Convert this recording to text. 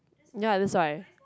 ya that's why